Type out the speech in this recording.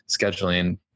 scheduling